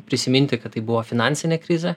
prisiminti kad tai buvo finansinė krizė